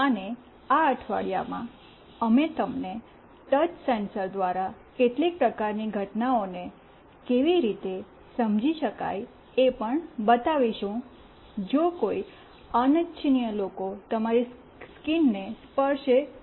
અને આ અઠવાડિયામાં અમે તમને ટચ સેન્સર દ્વારા કેટલીક પ્રકારની ઘટનાઓને કેવી રીતે સમજી શકીએ એ પણ બતાવીશું જો કોઈ અનિચ્છનીય લોકો તમારી સ્ક્રીનને સ્પર્શે તો